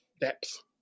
depth